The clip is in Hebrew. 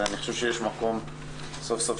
אני חושב שיש מקום לקיים אותו סוף סוף